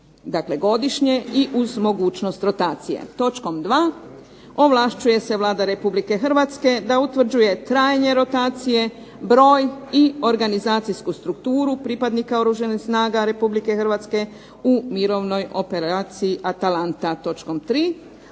godišnje i uz mogućnost rotacije.